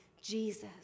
Jesus